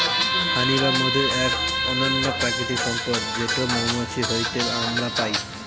হানি বা মধু এক অনন্য প্রাকৃতিক সম্পদ যেটো মৌমাছি হইতে আমরা পাই